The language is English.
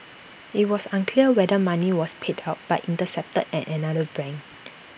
IT was unclear whether money was paid out but intercepted at another bank